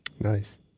Nice